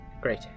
Great